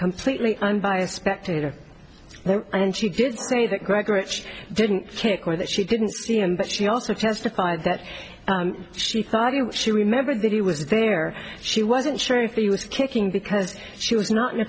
completely unbiased spectator and she did say that greg rich didn't kick or that she didn't see him but she also testified that she thought she remembered that he was there she wasn't sure if he was kicking because she was not in a